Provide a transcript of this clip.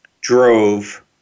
drove